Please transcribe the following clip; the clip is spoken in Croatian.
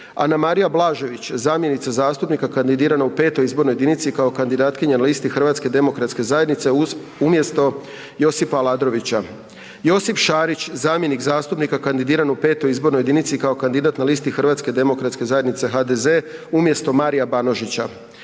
Anamarija Blažević, zamjenica zastupnika kandidirana u 5. izbornoj jedinici kao kandidatkinja na listi Hrvatske demokratske zajednice, umjesto Josipa Aladrovića; Josip Šarić, zamjenik zastupnika kandidiran u 5. izbornoj jedinici kao kandidat na listi Hrvatske demokratske zajednice, HDZ, umjesto Maria Banožića;